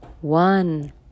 one